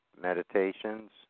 meditations